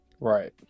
Right